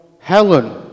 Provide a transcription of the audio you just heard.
Helen